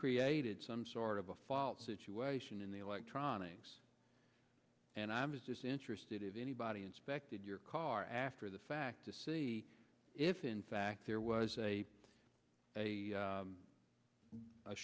created some sort of a fault situation in the electronics and i was just interested if anybody inspected your car after the fact to see if in fact there was a